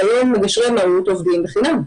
היום מגשרים עובדים בחינם.